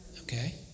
Okay